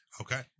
Okay